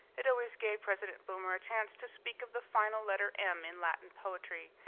it always gave president boomer a chance to speak of the final letter m in latin poetry,